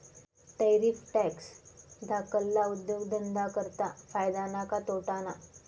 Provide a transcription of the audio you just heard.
Tariff tax धाकल्ला उद्योगधंदा करता फायदा ना का तोटाना?